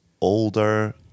older